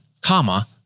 comma